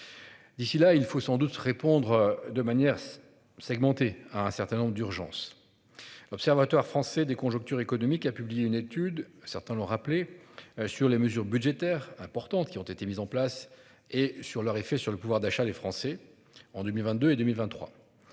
D'ici là, il faut sans doute répondre de manière. Segmenté à un certain nombre d'urgence. L'Observatoire français des conjonctures économiques. Il a publié une étude, certains l'ont rappelé sur les mesures budgétaires importantes qui ont été mises en place et sur leur effet sur le pouvoir d'achat, les Français en 2022 et 2023.